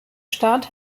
staat